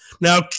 Now